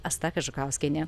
asta kažukauskienė